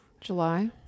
july